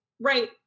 right